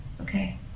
Okay